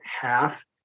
half